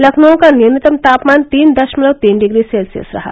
लखनऊ का न्यूनतम तापमान तीन दशमलव तीन डिग्री सेल्सियस रहा